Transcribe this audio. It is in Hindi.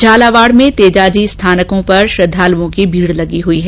झालावाड में तेजाजी स्थानकों पर श्रद्धालुओं की भीड लगी हुई है